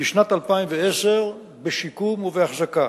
בשנת 2010 בשיקום ובאחזקה.